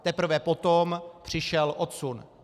Teprve potom přišel odsun.